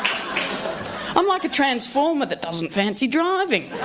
um i'm like a transformer that doesn't fancy driving